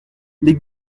les